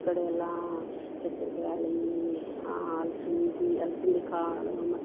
ಈ ಕಡೆ ಎಲ್ಲಾ ಹೆಸರು ಬ್ಯಾಳೆ ಈ ಅಲ್ಸಂದಿ ಎಲ್ಸಂದಿ ಕಾಳು ಮತ್ತೇ